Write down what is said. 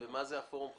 הפורום הזה,